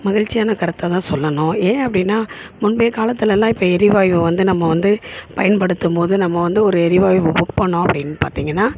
மகிழ்ச்சியான கருத்தை தான் சொல்லணும் ஏன் அப்படின்னா முந்தைய காலத்திலெல்லாம் இப்போ எரிவாயுவை வந்து நம்ம வந்து பயன்படுத்தும்போது நம்ம வந்து ஒரு எரிவாயுவை புக் பண்ணோம் அப்டின்னு பார்த்திங்கன்னா